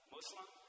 Muslim